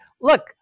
look